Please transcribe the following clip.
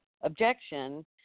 objection